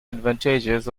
advantages